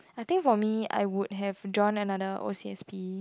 I think for me I would have joined another O_C_S_P